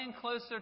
closer